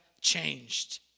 changed